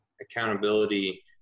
accountability